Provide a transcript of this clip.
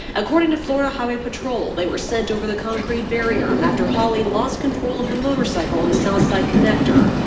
according to florida highway patrol, they were sent over the concrete barrier after holly lost control of the motorcycle on the south side connector.